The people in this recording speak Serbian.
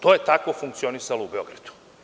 To je tako funkcionisalo u Beogradu.